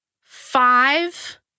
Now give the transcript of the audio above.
five